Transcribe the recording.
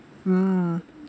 mm